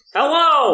Hello